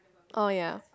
oh ya